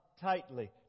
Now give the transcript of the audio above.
tightly